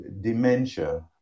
dementia